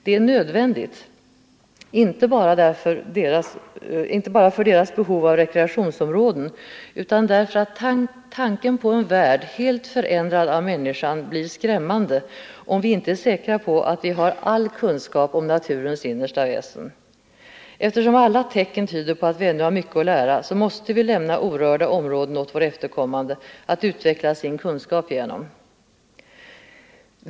Det är nödvändigt inte bara för deras behov av rekreationsområden utan därför att tanken på en värld, helt förändrad av människan, blir skrämmande om vi inte är säkra på att vi har all kunskap om naturens innersta väsen. Eftersom alla tecken tyder på att vi ännu har mycket att lära, måste vi lämna orörda områden åt våra efterkommande att utveckla sin kunskap genom.